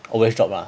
always drop ah